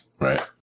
Right